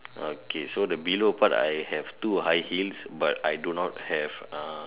okay so the below part I have two high heels but I do not have ah